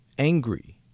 angry